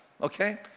okay